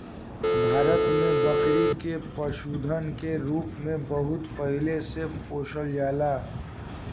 भारत में बकरी के पशुधन के रूप में बहुत पहिले से पोसल जाला